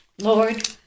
Lord